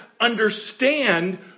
understand